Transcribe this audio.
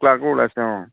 ক্লাৰ্কো ওলাইছে অ'